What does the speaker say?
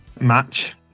match